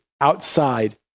outside